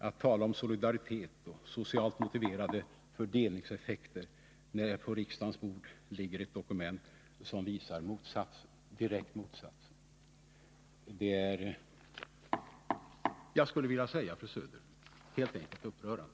Att tala om solidaritet och socialt motiverade fördelningseffekter, när på riksdagens bord ligger ett dokument som direkt visar motsatsen, är helt enkelt upprörande.